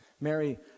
Mary